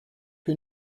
que